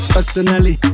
Personally